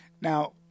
now